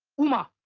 uma!